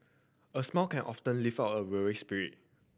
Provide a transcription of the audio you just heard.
a smile can often lift a weary spirit